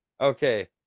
okay